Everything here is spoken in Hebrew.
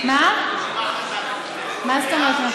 מה, מה זאת אומרת?